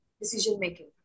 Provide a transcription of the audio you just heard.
decision-making